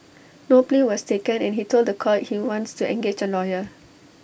no plea was taken and he told The Court he wants to engage A lawyer